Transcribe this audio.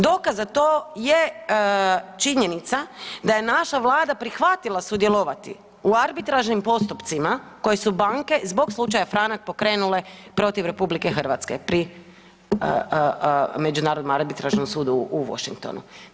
Dokaz za to je činjenica da je naša Vlada prihvatila sudjelovati u arbitražnim postupcima koje su banke zbog slučaja Franak pokrenule protiv RH pri Međunarodnom arbitražnom sudu u Washingtonu.